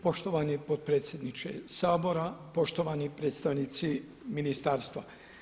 Poštovani potpredsjedniče Sabora, poštovani predstavnici ministarstva.